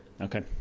okay